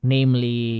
Namely